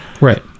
Right